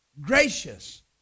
Gracious